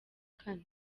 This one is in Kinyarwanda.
kane